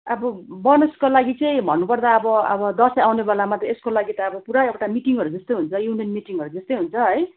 अब बोनसको लागि चाहिँ भन्नुपर्दा अब अब दसैँ आउने बेलामा यसको लागि त अब पुरा एउटा मिटिङहरू जस्तै हुन्छ युनियन मिटिङहरू जस्तै हुन्छ है